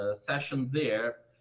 ah session there,